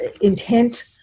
intent